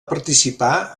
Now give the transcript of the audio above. participar